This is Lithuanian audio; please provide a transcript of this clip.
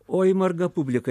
oi marga publika